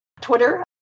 Twitter